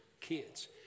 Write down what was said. kids